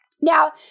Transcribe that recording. Now